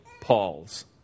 Paul's